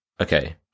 okay